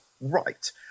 right